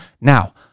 now